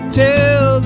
tell